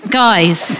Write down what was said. guys